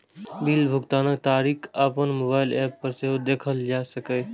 bill भुगतानक तारीख अपन मोबाइल एप पर सेहो देखल जा सकैए